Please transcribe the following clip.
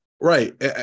Right